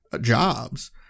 jobs